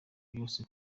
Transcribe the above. byose